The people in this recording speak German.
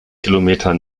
kilometer